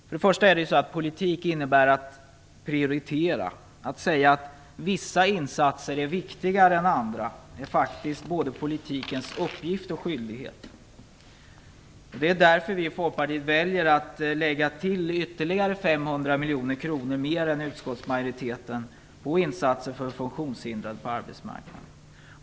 För det första innebär politik att prioritera. Att säga att vissa insatser är viktigare än andra är faktiskt både politikens uppgift och skyldighet. Det är därför vi i Folkpartiet väljer att lägga 500 miljoner kronor mer än utskottsmajoriteten på insatser för funktionshindrade på arbetsmarknaden.